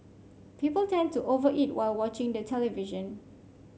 people tend to over eat while watching the television